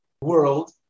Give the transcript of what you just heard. world